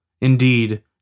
Indeed